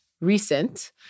recent